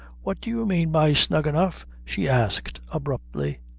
what do you mane by snug enough? she asked abruptly.